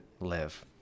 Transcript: live